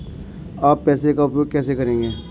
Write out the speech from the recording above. आप पैसे का उपयोग कैसे करेंगे?